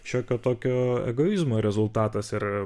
šiokio tokio egoizmo rezultatas ir